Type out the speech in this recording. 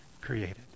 created